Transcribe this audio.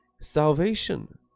salvation